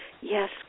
yes